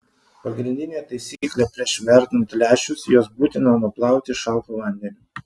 pagrindinė taisyklė prieš verdant lęšius juos būtina nuplauti šaltu vandeniu